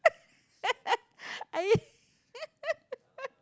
are you